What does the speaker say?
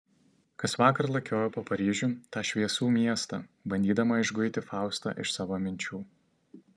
kasvakar lakiojau po paryžių tą šviesų miestą bandydama išguiti faustą iš savo minčių